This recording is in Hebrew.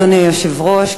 אדוני היושב-ראש,